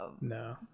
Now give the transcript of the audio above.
no